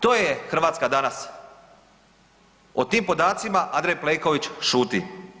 To je Hrvatska danas, o tim podacima Andrej Plenković šuti.